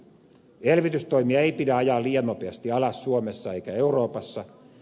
elvytystoimia ei pidä ajaa liian nopeasti alas suomessa eikä euroopassa